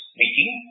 meeting